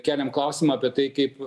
keliam klausimą apie tai kaip